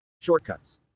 shortcuts